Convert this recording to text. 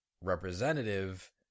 representative